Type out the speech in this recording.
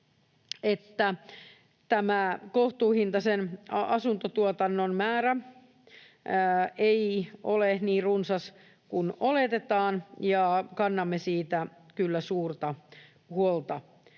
tämä kohtuuhintaisen asuntotuotannon määrä ei ole niin runsas kuin oletetaan, ja kannamme siitä kyllä suurta huolta.